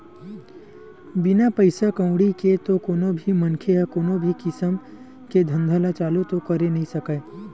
बिना पइसा कउड़ी के तो कोनो भी मनखे ह कोनो भी किसम के धंधा ल चालू तो करे नइ सकय